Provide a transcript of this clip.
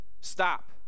stop